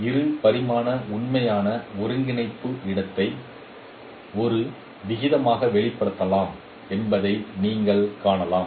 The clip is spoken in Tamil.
இரு பரிமாண உண்மையான ஒருங்கிணைப்பு இடத்தை ஒரு விகிதமாக வெளிப்படுத்தலாம் என்பதை நீங்கள் காணலாம்